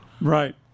Right